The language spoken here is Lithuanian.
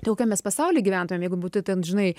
tai kokiam mes pasauly gyventume jeigu būtų ten žinai